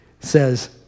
Says